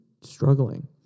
struggling